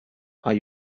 are